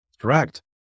Correct